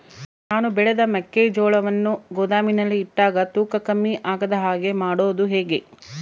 ನಾನು ಬೆಳೆದ ಮೆಕ್ಕಿಜೋಳವನ್ನು ಗೋದಾಮಿನಲ್ಲಿ ಇಟ್ಟಾಗ ತೂಕ ಕಮ್ಮಿ ಆಗದ ಹಾಗೆ ಮಾಡೋದು ಹೇಗೆ?